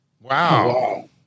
Wow